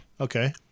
Okay